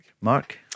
Mark